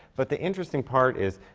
but the interesting part is,